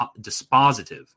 dispositive